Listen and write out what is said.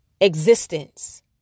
existence